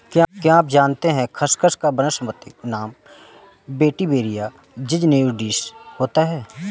क्या आप जानते है खसखस का वानस्पतिक नाम वेटिवेरिया ज़िज़नियोइडिस होता है?